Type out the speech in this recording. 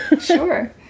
sure